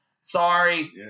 sorry